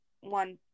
one